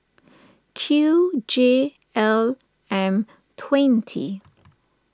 Q J L M twenty